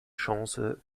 chance